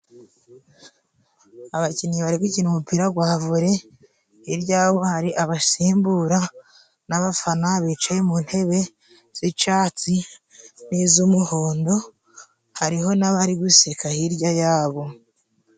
Abakinnyi bari gukina umupira gwa vole hirya yabo hari abasimbura n'abafana bicaye mu ntebe z'icatsi n'iz'umuhondo, hariho n'abari guseka hirya yabo.